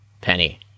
Penny